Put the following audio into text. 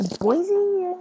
Boise